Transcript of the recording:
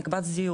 לקצת שנים,